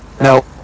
No